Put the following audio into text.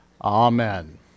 Amen